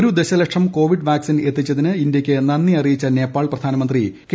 ഒരു ദ ദശലക്ഷം കോവിഡ് വാക്സിൻ എത്തിച്ചതിന് ഇന്ത്യക്ക് നന്ദി അറിയിച്ച നേപ്പാൾ പ്രധാനമന്ത്രി കെ